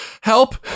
help